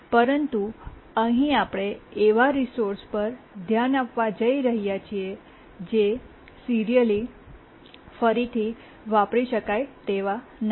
પરંતુ અહીં આપણે એવા રિસોર્સ પર ધ્યાન આપવા જઈ રહ્યા છીએ જે સિરીઅલી ફરીથી વાપરી શકાય તેવા નથી